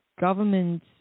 government